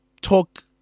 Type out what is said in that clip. talk